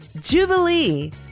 Jubilee